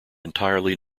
entirely